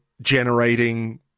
generating